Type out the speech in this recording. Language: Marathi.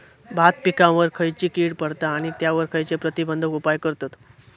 भात पिकांवर खैयची कीड पडता आणि त्यावर खैयचे प्रतिबंधक उपाय करतत?